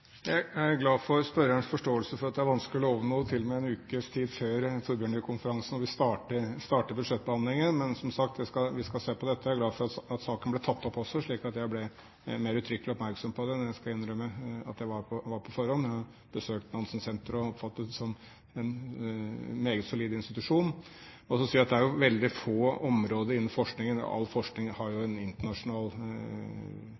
Jeg er glad for spørrerens forståelse for at det er vanskelig å love noe til og med en ukes tid før Torbjørnrud-konferansen, da vi starter budsjettbehandlingen. Men, som sagt, vi skal se på dette. Jeg er glad for at saken ble tatt opp også, slik at jeg ble mer uttrykkelig oppmerksom på det enn jeg skal innrømme at jeg var på forhånd. Jeg har besøkt Nansensenteret og oppfatter det som en meget solid institusjon. Jeg vil også si at all forskning jo har et internasjonalt element, men det er klart at det er veldig få områder innen forskningen